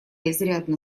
изрядно